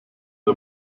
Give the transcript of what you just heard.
der